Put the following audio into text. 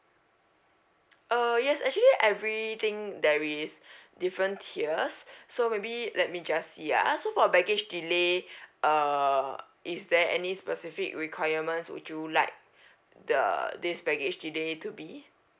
uh yes actually I really think there is different tiers so maybe let me just see ah so for baggage delay err is there any specific requirements would you like the this baggage delay to be